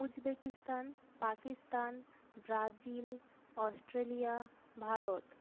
Uzbekistan Pakistan Brazil Australia Bharat